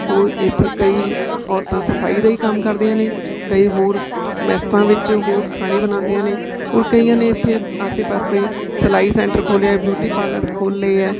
ਉਹ ਇੱਥੇ ਕਈ ਔਰਤਾਂ ਸਫਾਈ ਦਾ ਹੀ ਕੰਮ ਕਰਦੀਆਂ ਨੇ ਕਈ ਹੋਰ ਮੈੱਸਾਂ ਵਿੱਚ ਹੋਰ ਖਾਣੇ ਬਣਾਉਂਦੀਆਂ ਨੇ ਔਰ ਕਈਆਂ ਨੇ ਇੱਥੇ ਆਸੇ ਪਾਸੇ ਸਿਲਾਈ ਸੈਂਟਰ ਖੋਲ੍ਹਿਆ ਬਿਊਟੀ ਪਾਰਲਰ ਖੋਲ੍ਹ ਲਏ ਹੈ